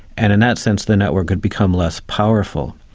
and in that sense the network would become less powerful.